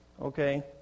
Okay